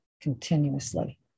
continuously